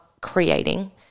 creating